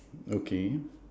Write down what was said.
okay